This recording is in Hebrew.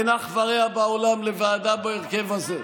אין אח ורע בעולם לוועדה בהרכב הזה.